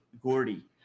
gordy